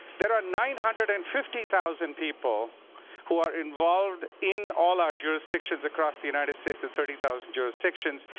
there are nine hundred and fifty thousand people who are involved in all our jurisdictions across the united states, the thirty thousand jurisdictions,